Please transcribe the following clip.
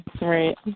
Right